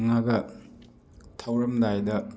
ꯉꯒ ꯊꯧꯔꯝꯗꯥꯏꯗ